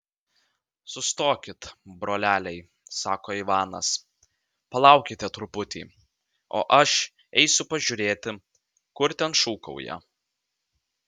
sustokit broleliai sako ivanas palaukite truputį o aš eisiu pažiūrėti kur ten šūkauja